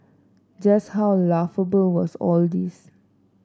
just how laughable was all this